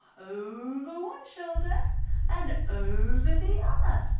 over one shoulder and over the other.